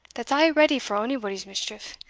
that's aye ready for onybody's mischief,